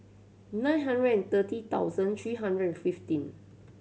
nine hundred and thirty thousand three hundred and fifteen